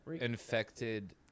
infected